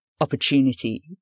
opportunity